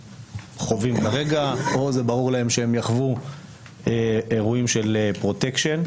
חווים כרגע או זה ברור להם שהם יחוו אירועים של פרוטקשן.